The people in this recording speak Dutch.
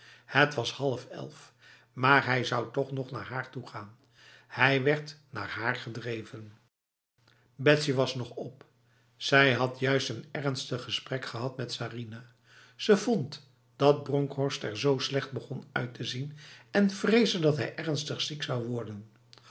het was half elf maar hij zou toch nog naar haar toegaan hij werd naar haar gedreven betsy was nog op zij had juist een zeer ernstig gesprek gehad met sarinah ze vond dat bronkhorst er zo slecht begon uit te zien en vreesde dat hij ernstig ziek zou worden